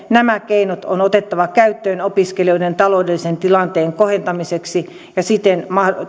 nämä keinot on otettava käyttöön opiskelijoiden taloudellisen tilanteen kohentamiseksi ja siten